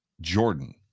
Jordan